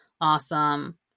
awesome